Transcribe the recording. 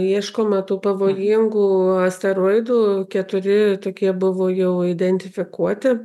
ieškoma tų pavojingų asteroidų keturi tokie buvo jau identifikuoti